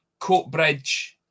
Coatbridge